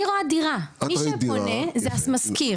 אני ראיתי את הדירה ומי שפונה זה המשכיר.